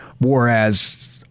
whereas